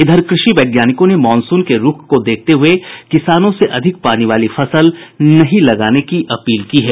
इधर कृषि वैज्ञानिकों ने मॉनसून के रूख को देखते हुये किसानों से अधिक पानी वाली फसल नहीं लगाने की अपील की है